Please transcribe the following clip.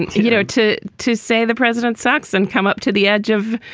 you know, to to say the president sucks and come up to the edge of,